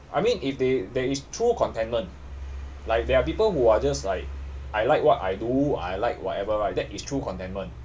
I mean if they there is true contentment like there are people who are just like I like what I do I like whatever lah that is true contentment